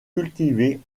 cultivée